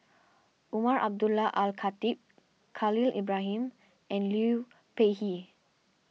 Umar Abdullah Al Khatib Khalil Ibrahim and Liu Peihe